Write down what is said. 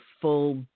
full